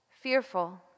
Fearful